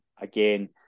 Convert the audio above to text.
again